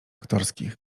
aktorskich